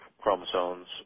chromosomes